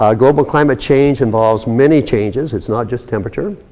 um global climate change involves many changes. it's not just temperature.